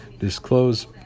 disclose